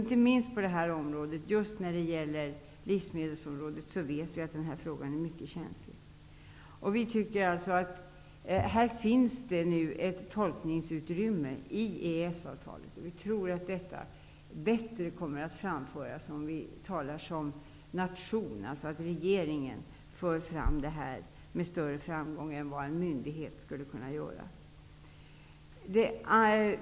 Jag vet att den här frågan är mycket känslig, just när det gäller livsmedelsområdet. Vi anser att det finns ett tolkningsutrymme i EES avtalet och tror att detta bättre kommer att framföras om man talar som en nation. Vi tror att regeringen för fram detta med större framgång än vad en myndighet skulle kunna göra.